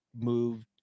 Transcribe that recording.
moved